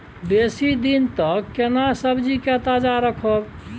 बेसी दिन तक केना सब्जी के ताजा रखब?